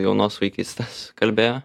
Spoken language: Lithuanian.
jaunos vaikystės kalbėjo